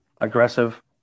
aggressive